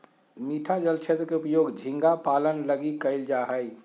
मीठा जल क्षेत्र के उपयोग झींगा पालन लगी कइल जा हइ